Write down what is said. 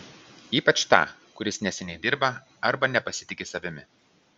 ypač tą kuris neseniai dirba arba nepasitiki savimi